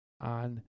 on